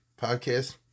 podcast